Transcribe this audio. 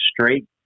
straight